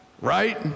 right